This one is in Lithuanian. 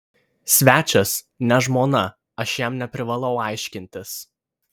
svečias ne žmona aš jam neprivalau aiškintis